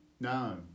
No